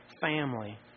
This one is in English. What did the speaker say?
family